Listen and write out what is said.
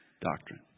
doctrine